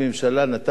זאת היתה הסמכה.